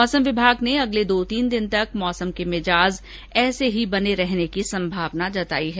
मौसम विभाग ने अगले दो तीन दिन तक मौसम के मिजाज ऐसे ही बने रहने की संभावना जतायी है